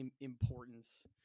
importance